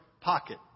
pocket